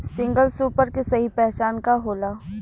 Single super के सही पहचान का होला?